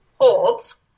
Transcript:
holds